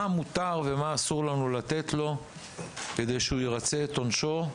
מותר ומה אסור לנו לתת לו כדי שהוא ירצה את עונשו,